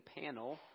panel